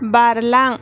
बारलां